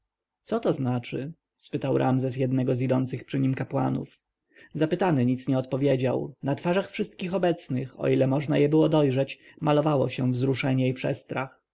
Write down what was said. co to znaczy spytał ramzes jednego z idących przy nim kapłanów zapytany nic nie odpowiedział na twarzach wszystkich obecnych o ile je można było dojrzeć malowało się wzruszenie i przestrach